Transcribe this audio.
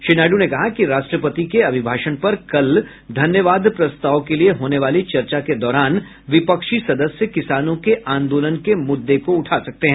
श्री नायडू ने कहा कि राष्ट्रपति के अभिभाषण पर कल धन्यवाद प्रस्ताव के लिए होने वाली चर्चा के दौरान विपक्षी सदस्य किसानों के आंदोलन के मुद्दे को उठा सकते हैं